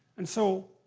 and so,